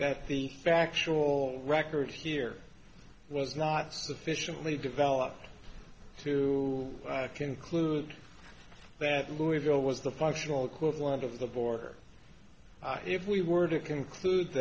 that the factual record here was not sufficiently developed to conclude that louisville was the functional equivalent of the border if we were to conclude